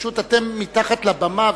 פשוט אתם מתחת לבמה,